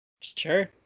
Sure